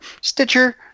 Stitcher